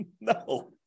No